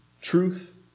truth